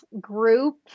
group